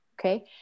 Okay